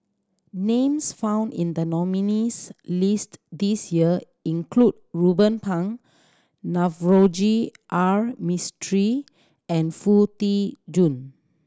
names found in the nominees' list this year include Ruben Pang Navroji R Mistri and Foo Tee Jun